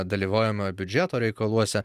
dalyvaujamojo biudžeto reikaluose